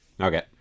Okay